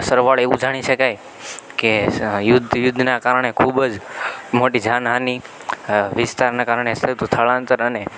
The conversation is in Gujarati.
સરવાળે એવું જાણી શકાય કે યુદ્ધ યુદ્ધના કારણે ખૂબ જ મોટી જાનહાની વિસ્તારના કારણે થતું સ્થળાંતર અને